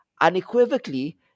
unequivocally